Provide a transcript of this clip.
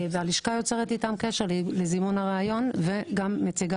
הלשכה יוצרת איתם קשר לזימון הריאיון וגם מציגה